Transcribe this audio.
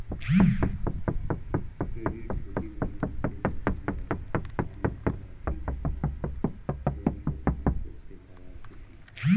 credit ঝুঁকি মানে হচ্ছে যখন যারা ধার নেয় তারা ঠিক সময় লোন শোধ না করতে পারার ঝুঁকি